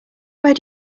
where